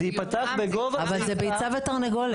זה ייפתח בגובה --- אבל זה ביצה ותרנגולת.